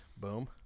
Boom